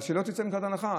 אבל שלא תצא מנקודת הנחה,